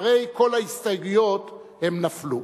הרי כל ההסתייגויות נפלו.